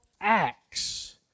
acts